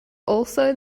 also